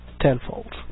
tenfold